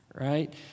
right